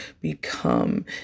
become